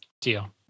Deal